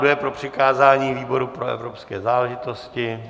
Kdo je pro přikázání výboru pro evropské záležitosti?